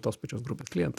tos pačios grupės